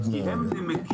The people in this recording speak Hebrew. כי הם נמקים,